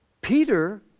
Peter